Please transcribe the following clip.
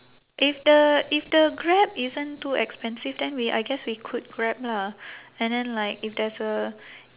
if the if the grab isn't too expensive then we I guess we could grab lah and then like if there's a